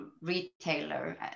retailer